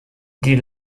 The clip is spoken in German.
die